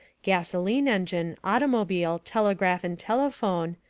gasoline engine, automobile, telegraph and telephone,